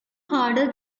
harder